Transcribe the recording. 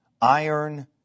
iron